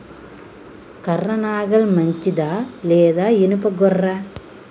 కర్ర నాగలి మంచిదా లేదా? ఇనుప గొర్ర?